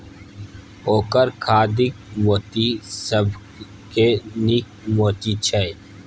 ओकर खाधिक मोती सबसँ नीक मोती छै